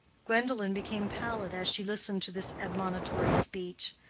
gwendolen became pallid as she listened to this admonitory speech.